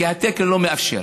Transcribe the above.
כי התקן לא מאפשר.